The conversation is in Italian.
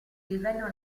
livello